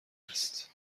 است